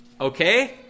okay